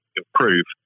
improve